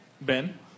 Ben